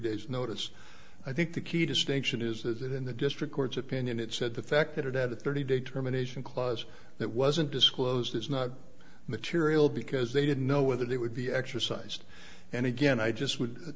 days notice i think the key distinction is that in the district court's opinion it said the fact that it had a thirty day terminations clause that wasn't disclosed is not the tiriel because they didn't know whether they would be exercised and again i just would